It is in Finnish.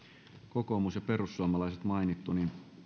kokoomus ja perussuomalaiset mainittu niin